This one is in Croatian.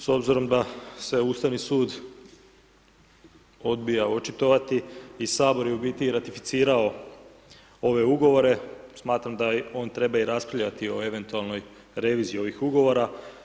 S obzirom da se Ustavni sud odbija očitovati i Sabor je u biti i ratificirao ove ugovore, smatram da on treba i raspravljati o eventualnoj reviziji ovih ugovora.